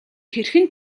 хэрхэн